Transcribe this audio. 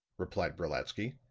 replied brolatsky.